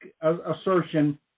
assertion